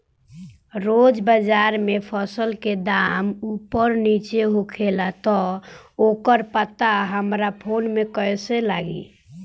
रोज़ बाज़ार मे फसल के दाम ऊपर नीचे होखेला त ओकर पता हमरा फोन मे कैसे लागी?